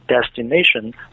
destination